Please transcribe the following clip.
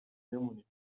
بمونی